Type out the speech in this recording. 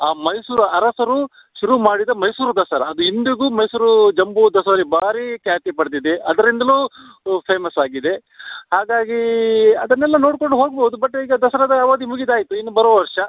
ಆ ಮೈಸೂರು ಅರಸರೂ ಶುರುಮಾಡಿದ ಮೈಸೂರು ದಸರಾ ಅದು ಇಂದಿಗೂ ಮೈಸೂರು ಜಂಬೂ ದಸರಾ ಭಾರೀ ಖ್ಯಾತಿ ಪಡೆದಿದೆ ಅದರಿಂದಲೂ ಫೇಮಸ್ ಆಗಿದೆ ಹಾಗಾಗಿ ಅದನ್ನೆಲ್ಲ ನೋಡ್ಕೊಂಡು ಹೋಗ್ಬೋದು ಬಟ್ ಈಗ ದಸರಾದ ಅವಧಿ ಮುಗಿದಾಯ್ತು ಇನ್ನು ಬರುವ ವರ್ಷ